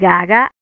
Gaga